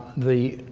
the